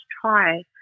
try